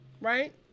right